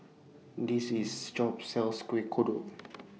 This IS sells Kuih Kodok